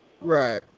Right